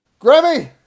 Grammy